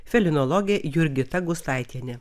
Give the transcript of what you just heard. felinologė jurgita gustaitienė